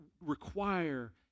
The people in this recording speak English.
require